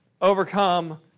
overcome